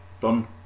done